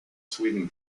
sweden